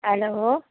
hello